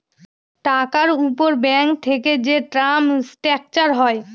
টাকার উপর ব্যাঙ্ক থেকে যে টার্ম স্ট্রাকচার হয়